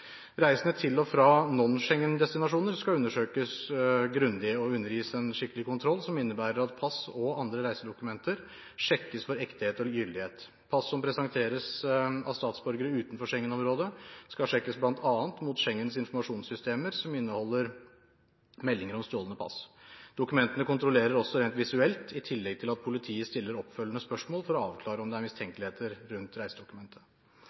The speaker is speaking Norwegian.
Reisende til og fra non-Schengen-destinasjoner skal undersøkes grundig og undergis en skikkelig kontroll, som innebærer at pass og andre reisedokmenter sjekkes for ekthet og gyldighet. Pass som presenteres av statsborgere utenfor Schengen-området, skal sjekkes bl.a. mot Schengens informasjonssystemer, som inneholder meldinger om stjålne pass. Dokumentene kontrolleres også visuelt, i tillegg til at politiet stiller oppfølgende spørsmål for å avklare om det er mistenkeligheter rundt reisedokumentet.